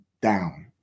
down